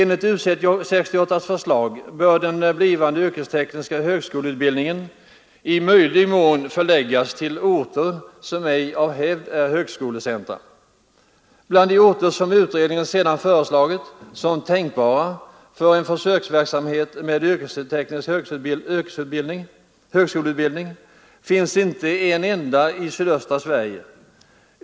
ningen i möjligaste mån förläggas till orter som ej av hävd är högskolecentra. Bland de orter som utredningen sedan föreslagit som tänkbara för en försöksverksamhet med yrkesteknisk högskoleutbildning finns inte en enda i sydöstra Sverige.